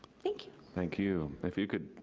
thank you. thank you, if you could,